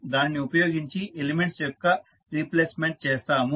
దానిని ఉపయోగించి ఎలిమెంట్స్ యొక్క రీప్లేస్మెంట్ చేస్తాము